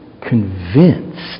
convinced